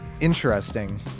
interesting